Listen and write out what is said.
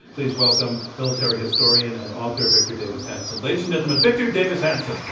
please welcome military historian and author victor davis hanson. ladies and gentlemen, victor davis hanson. i